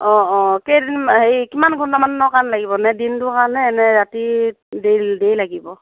অ অ কেইদিনমান হেৰি কিমান ঘণ্টামানৰ কাৰণে লাগিব নে দিনটোৰ কাৰণে নে ৰাতি দেৰি লাগিব